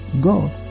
God